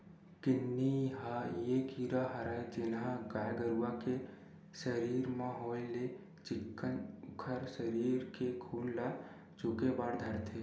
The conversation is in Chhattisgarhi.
किन्नी ह ये कीरा हरय जेनहा गाय गरु के सरीर म होय ले चिक्कन उखर सरीर के खून ल चुहके बर धरथे